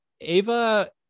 ava